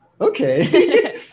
okay